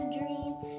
dreams